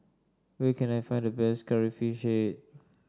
where can I find the best Curry Fish Head